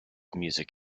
music